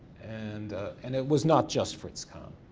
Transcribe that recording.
and and it was not just fritz kahn.